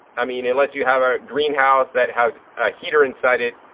i mean, unless you have a greenhouse that has a heater inside it,